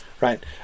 Right